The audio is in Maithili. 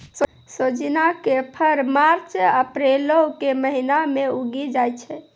सोजिना के फर मार्च अप्रीलो के महिना मे उगि जाय छै